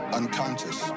unconscious